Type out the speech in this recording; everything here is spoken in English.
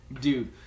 Dude